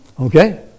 Okay